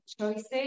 choices